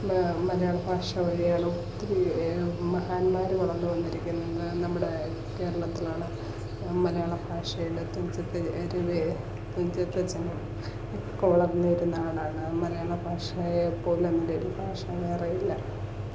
മലയാള ഭാഷ വഴിയാണ് ഒത്തിരി മഹാന്മാർ വളർന്നു കൊണ്ടിരിക്കുന്നത് നമ്മുടെ കേരളത്തിലാണ് മലയാള ഭാഷയിൽ തുഞ്ചത്തെ തുഞ്ചത്തെഴുത്തച്ഛൻ മലയാള ഭാഷയെ പോലെ നല്ലൊരു ഭാഷ വേറെയില്ല